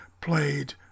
played